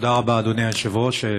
תודה רבה, אדוני היושב-ראש.